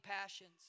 passions